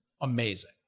amazing